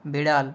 বেড়াল